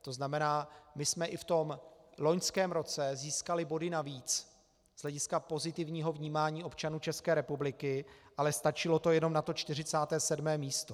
To znamená, my jsme i v tom loňském roce získali body navíc z hlediska pozitivního vnímání občanů České republiky, ale stačilo to jenom na to 47. místo.